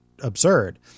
absurd